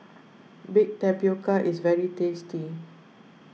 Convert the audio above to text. Baked Tapioca is very tasty